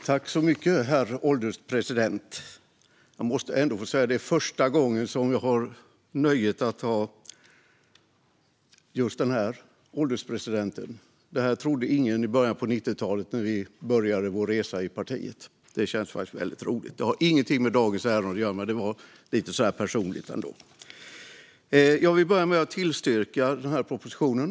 Herr ålderspresident! Jag måste få säga att det är första gången jag har nöjet att närvara när just denna ålderspresident tjänstgör i kammaren. Det här trodde ingen i början på 90-talet när vi började vår resa i partiet. Det känns väldigt roligt! Det har ingenting med dagens ärende att göra, men jag ville ändå säga något som är lite personligt. Jag vill börja med att yrka bifall till propositionen.